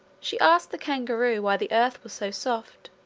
she asked the kangaroo why the earth was so soft,